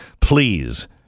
Please